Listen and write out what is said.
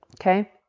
Okay